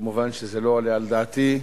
מובן שזה לא עולה על דעתי,